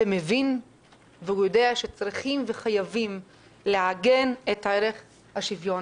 מבין ויודע שצריכים וחייבים לעגן את ערך השוויון.